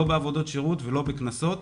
לא בעבודות שירות ולא בקנסות.